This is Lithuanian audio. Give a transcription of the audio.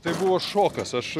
tai buvo šokas aš